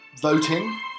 voting